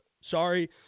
Sorry